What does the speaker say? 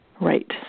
Right